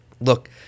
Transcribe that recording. Look